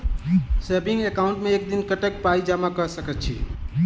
Saving account मे एक दिनमे कतेक पाई जमा कऽ सकैत छी?